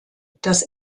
das